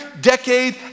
decade